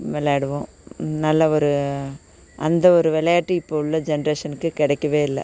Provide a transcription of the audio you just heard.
விளையாடுவோம் நல்ல ஒரு அந்த ஒரு விளையாட்டு இப்போ உள்ள ஜென்ரேஷனுக்கு கிடைக்கவே இல்லை